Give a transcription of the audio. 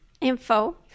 info